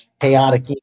chaotic